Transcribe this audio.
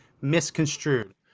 misconstrued